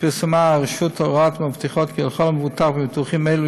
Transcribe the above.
פרסמה הרשות הוראות המבטיחות כי לכל מבוטח בביטוחים אלו